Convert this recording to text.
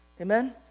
Amen